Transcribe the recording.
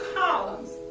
columns